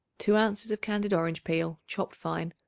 two ounces of candied orange peel, chopped fine,